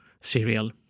cereal